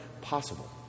possible